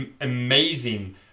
amazing